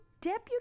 deputy